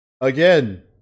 again